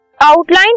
outline